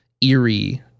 eerie